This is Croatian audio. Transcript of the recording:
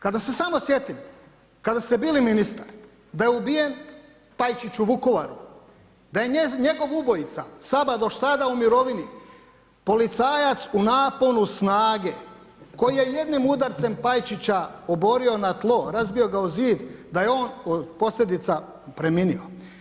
Kada se samo sjetim kada ste bili ministar da je ubijen Pajčić u Vukovaru, da je njegov ubojica Sabadoš sada u mirovini, policajac u naponu snage koji je jednim udarcem Pajčića oborio na tlo, razbio ga u zid, da je on od posljedica preminuo.